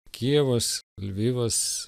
kijevas lvivas